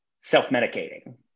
self-medicating